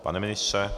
Pane ministře?